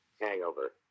Hangover